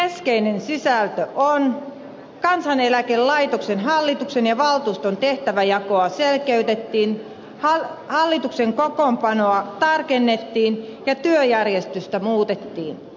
keskeinen sisältö on että kansaneläkelaitoksen hallituksen ja valtuuston tehtäväjakoa selkeytettiin hallituksen kokoonpanoa tarkennettiin ja työjärjestystä muutettiin